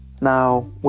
Now